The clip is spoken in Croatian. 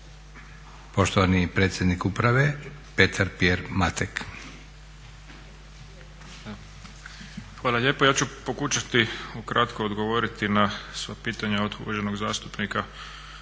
Poštovani predsjednik uprave Petar-Pierre Matek.